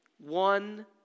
one